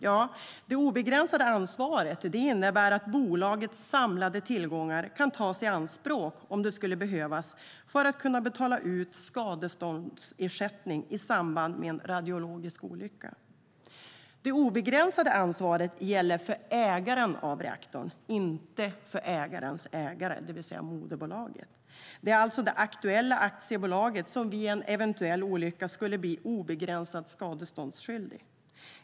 Ja, det obegränsade ansvaret innebär att bolagets samlade tillgångar kan tas i anspråk om det skulle behövas för att kunna betala ut skadeståndsersättning i samband med en radiologisk olycka. Det obegränsade ansvaret gäller för ägaren av reaktorn, inte för ägarens ägare, det vill säga moderbolaget. Det är alltså det aktuella aktiebolaget som vid en eventuell olycka skulle bli obegränsat skadeståndsskyldigt.